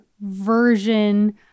version